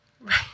right